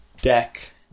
deck